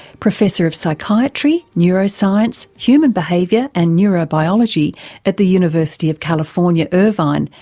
professor of psychiatry, neuroscience, human behaviour and neurobiology at the university of california, irvine,